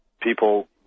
people